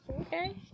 Okay